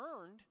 earned